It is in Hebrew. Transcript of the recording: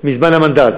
לחוק מזמן המנדט,